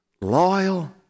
Loyal